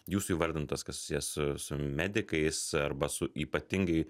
jūsų įvardintos kas susiję su su medikais arba su ypatingai